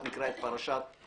בשבת נקרא את פרשת וישב.